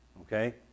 Okay